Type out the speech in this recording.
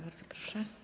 Bardzo proszę.